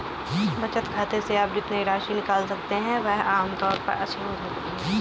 बचत खाते से आप जितनी राशि निकाल सकते हैं वह आम तौर पर असीमित होती है